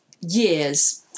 years